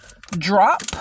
drop